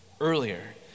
Earlier